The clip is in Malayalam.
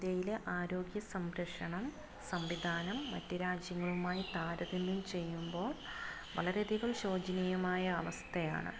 ഇന്ത്യയിലെ ആരോഗ്യ സംരക്ഷണം സംവിധാനം മറ്റു രാജ്യങ്ങളുമായി താരതമ്യം ചെയ്യുമ്പോൾ വളരെയധികം ശോചനീയമായ അവസ്ഥയാണ്